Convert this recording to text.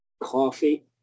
coffee